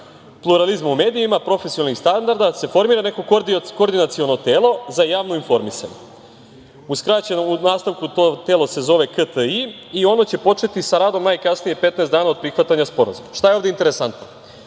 pluralizmu u medijima, profesionalnih standarda se formira neko Koordinaciono telo za javno informisanje, u nastavku to telo se zove KTI i ono će početi sa radom najkasnije 15 dana od prihvatanja sporazuma. Šta je ovde interesantno?